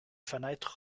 fenêtres